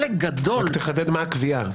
תחדד מה הקביעה.